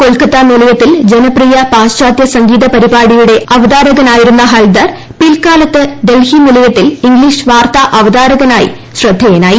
കൊൽക്കത്ത നിലയത്തിൽ ജനപ്രിയ പാശ്ചാത്യ സംഗീത പരിപാടിയുടെ അവതാരകനായിരുന്ന ഹൽദർ പിൽക്കാലത്ത് ഡൽഹി നിലയത്തിൽ ഇംഗ്ലീഷ് വാർത്താ അവതാരനായി ശ്രദ്ധേയനായി